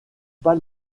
pas